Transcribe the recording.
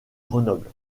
grenoble